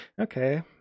Okay